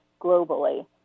globally